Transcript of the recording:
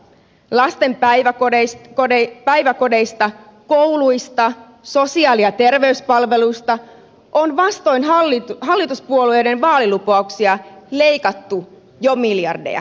lasten päiväkodeista kouluista sosiaali ja terveyspalveluista on vastoin hallituspuolueiden vaalilupauksia leikattu jo miljardeja